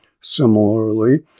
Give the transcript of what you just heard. Similarly